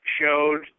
showed